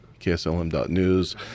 kslm.news